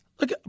look